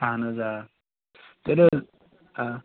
اَہن حظ آ کٔرِو حظ آ